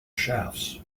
shafts